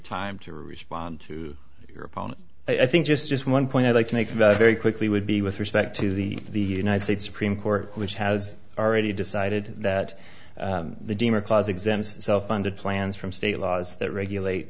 time to respond to your opponent i think just one point i'd like to make very quickly would be with respect to the united states supreme court which has already decided that the deem or clause exams self funded plans from state laws that regulate